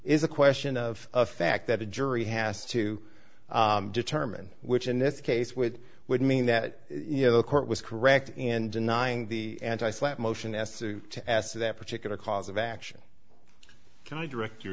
is a question of a fact that a jury has to determine which in this case with would mean that you know the court was correct and denying the anti slant motion as to as to their particular cause of action can you direct your